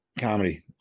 comedy